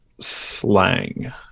slang